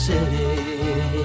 City